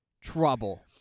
trouble